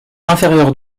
inférieure